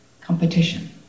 competition